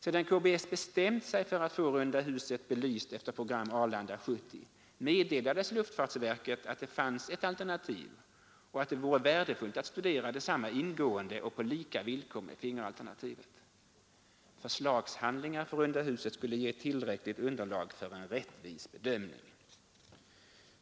Sedan KBS bestämt sig för att få runda huset belyst efter program Arlanda 70 meddelades luftfartsverket att det fanns ett alternativ och att det vore värdefullt att studera detsamma ingående och på lika villkor med fingeralternativet. Förslagshandlingar för runda huset skulle ge ett tillräckligt underlag för en rättvis bedömning.